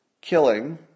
killing